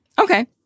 Okay